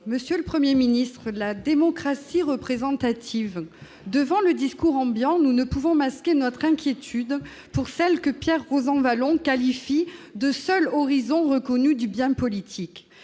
Monsieur le Premier ministre, de la démocratie représentative ? Devant le discours ambiant, nous ne pouvons masquer notre inquiétude pour celle que Pierre Rosanvallon qualifie de « seul horizon reconnu du bien politique ».